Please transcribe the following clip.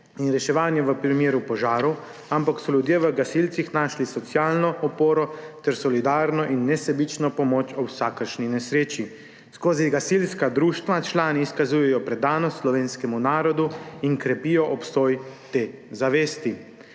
in reševanje v primeru požarov, ampak so ljudje v gasilcih našli socialno oporo ter solidarno in nesebično pomoč ob vsakršni nesreči. Skozi gasilska društva člani izkazujejo predanost slovenskemu narodu in krepijo obstoj te zavesti.